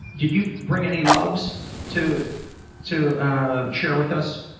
you bring any loves to to share with us?